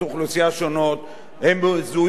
הם מזוהים שם גם עם תופעות כאלו.